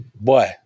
boy